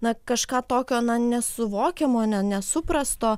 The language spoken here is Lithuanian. na kažką tokio nesuvokiamo ne nesuprasto